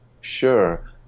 Sure